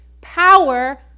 power